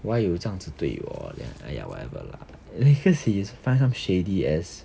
why you 这样子对我 !aiya! whatever lah anyways he find some shady ass